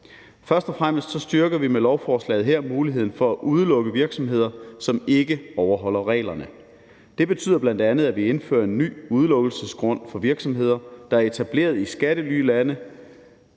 Først og fremmest styrker vi med lovforslaget her muligheden for at udelukke virksomheder, som ikke overholder reglerne. Det betyder bl.a., at vi indfører en ny udelukkelsesgrund for virksomheder, der er etableret i skattelylande,